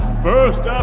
first and